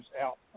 out